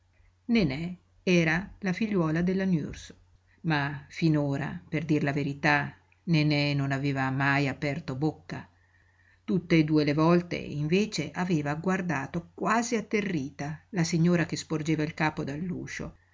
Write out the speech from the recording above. nenè era la figliuola della nurse ma finora per dir la verità nenè non aveva mai aperto bocca tutt'e due le volte invece aveva guardato quasi atterrita la signora che sporgeva il capo dall'uscio